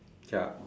ya